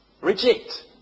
Reject